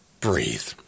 breathe